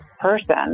person